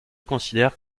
considèrent